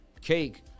Cake